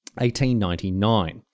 1899